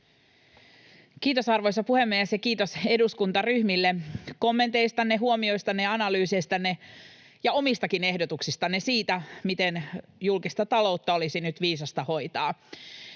Kiitos, arvoisa puhemies! Kiitos eduskuntaryhmille kommenteistanne, huomioistanne ja analyyseistanne ja omistakin ehdotuksistanne siitä, miten julkista taloutta olisi nyt viisasta hoitaa.